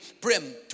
brim